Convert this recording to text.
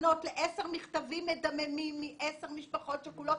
לענות לעשרה מכתבים מדממים מעשר משפחות שכולות.